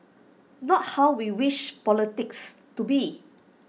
not how we wish politics to be